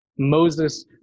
moses